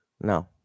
No